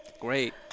great